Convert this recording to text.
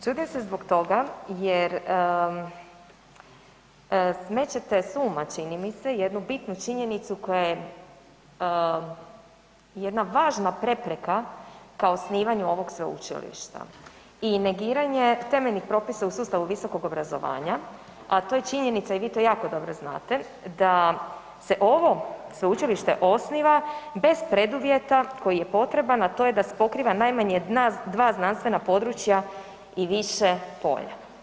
Čudim se zbog toga jer smećete s uma čini mi se jednu bitnu činjenicu koja je jedna važna prepreka ka osnivanju ovog sveučilišta i negiranje temeljnih propisa u sustavu visokog obrazovanja, a to je činjenica, i vi to jako dobro znate, da se ovo sveučilište osniva bez preduvjeta koji je potreban, a to je da se pokriva najmanje dva znanstvena područja i više polja.